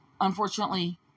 unfortunately